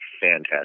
fantastic